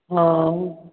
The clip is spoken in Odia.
ହେଉ